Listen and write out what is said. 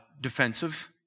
defensive